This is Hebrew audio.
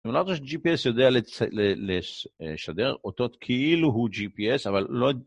אני לא חושב שג'י.פייס יודע לשדר אותות כאילו הוא ג'י.פייס, אבל לא...